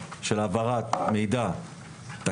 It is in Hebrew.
ההתמודדות של מערכת החינוך עם מורים תומכי